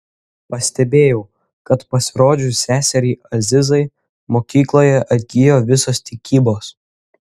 pastebėjau kad pasirodžius seseriai azizai mokykloje atgijo visos tikybos